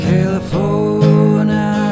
California